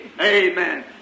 Amen